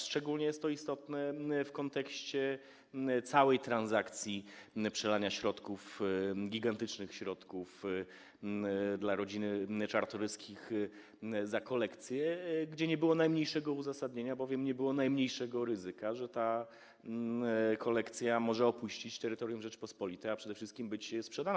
Szczególnie jest to istotne w kontekście całej transakcji przelania środków, gigantycznych środków dla rodziny Czartoryskich za kolekcję, gdzie nie było najmniejszego uzasadnienia, bowiem nie było najmniejszego ryzyka, że ta kolekcja może opuścić terytorium Rzeczypospolitej, a przede wszystkim być sprzedana.